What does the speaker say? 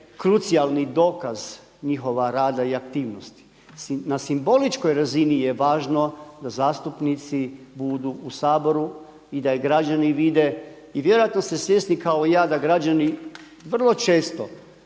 krucijalni dokaz njihova rada i aktivnosti. Na simboličkoj razini je važno da zastupnici budu u Saboru i da i građani vide. I vjerojatno ste svjesni kao i ja da građani vrlo često